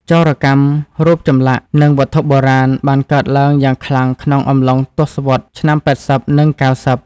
ចោរកម្មរូបចម្លាក់ និងវត្ថុបុរាណបានកើតឡើងយ៉ាងខ្លាំងក្នុងកំឡុងទសវត្សរ៍ឆ្នាំ ៨០ និង ៩០។